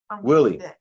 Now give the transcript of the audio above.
Willie